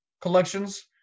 collections